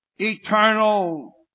eternal